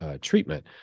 treatment